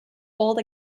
old